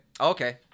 Okay